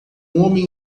homem